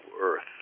Earth